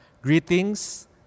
Greetings